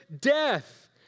death